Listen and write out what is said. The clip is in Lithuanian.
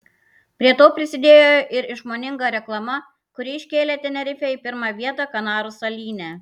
prie to prisidėjo ir išmoninga reklama kuri iškėlė tenerifę į pirmą vietą kanarų salyne